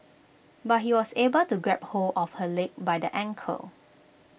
but he was able to grab hold of her leg by the ankle